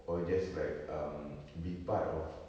or just like um be part of